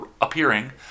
appearing